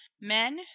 men